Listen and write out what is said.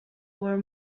were